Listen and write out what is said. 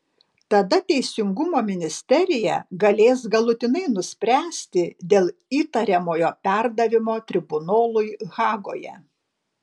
tada teisingumo ministerija galės galutinai nuspręsti dėl įtariamojo perdavimo tribunolui hagoje